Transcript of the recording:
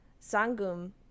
Sangum